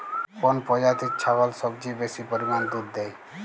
কোন প্রজাতির ছাগল সবচেয়ে বেশি পরিমাণ দুধ দেয়?